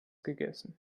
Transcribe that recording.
gegessen